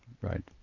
right